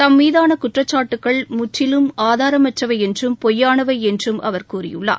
தம்மீதான குற்றக்சாட்டுகள் முற்றிலும் ஆதாரமற்றவை என்றும் பொய்யானவை என்றும் அவர் கூறியுள்ளார்